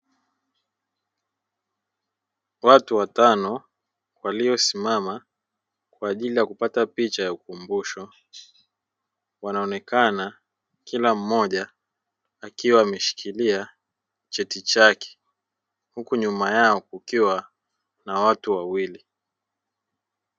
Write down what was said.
Watu watano wamesimama kwa ajili ya kupigwa picha ya ukumbusho, kila mmoja akiwa ameshikilia cheti chake, huku nyuma yao wakiwa na watu wawili.